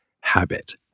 habit